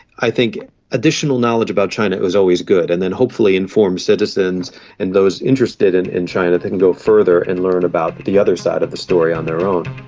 i think additional knowledge about china is always good, and then hopefully informs citizens and those interested in in china, they can go further and learn about the other side of the story on their own.